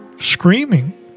screaming